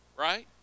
right